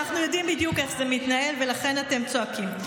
אנחנו יודעים בדיוק איך זה מתנהל ולכן אתם צועקים.